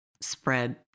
spread